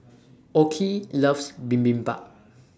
Okey loves Bibimbap